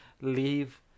Leave